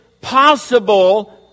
possible